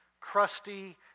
crusty